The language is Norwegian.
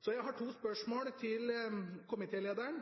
Så jeg har to spørsmål til komitélederen: